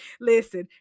listen